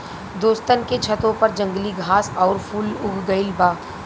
दोस्तन के छतों पर जंगली घास आउर फूल उग गइल बा